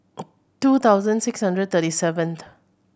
two thousand six hundred thirty seven